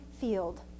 field